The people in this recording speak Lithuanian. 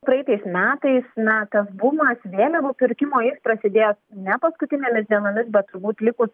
praeitais metais na tas bumas vėliavų pirkimo ir prasidėjo ne paskutinėmis dienomis bet turbūt likus